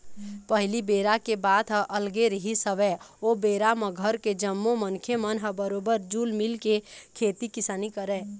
पहिली बेरा के बात ह अलगे रिहिस हवय ओ बेरा म घर के जम्मो मनखे मन ह बरोबर जुल मिलके खेती किसानी करय